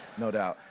no doubt.